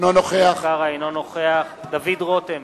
אינו נוכח דוד רותם,